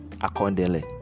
accordingly